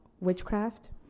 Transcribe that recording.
witchcraft